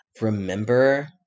remember